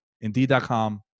Indeed.com